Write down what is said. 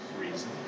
reason